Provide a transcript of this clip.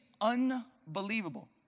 unbelievable